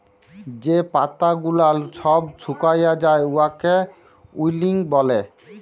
যে পাতা গুলাল ছব ছুকাঁয় যায় উয়াকে উইল্টিং ব্যলে